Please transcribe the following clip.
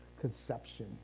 conception